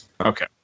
Okay